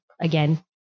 again